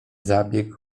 zabieg